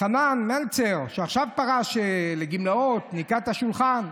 חנן מלצר, שפרש עכשיו לגמלאות, ניקה את השולחן.